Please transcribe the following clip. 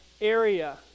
area